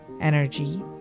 energy